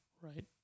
Right